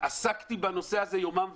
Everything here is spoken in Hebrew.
עסקתי בנושא הזה יומם ולילה.